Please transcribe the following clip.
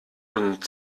und